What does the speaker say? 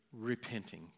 repenting